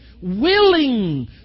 willing